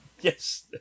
Yes